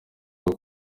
rwo